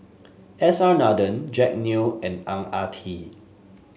S R Nathan Jack Neo and Ang Ah Tee